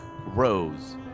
rose